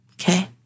Okay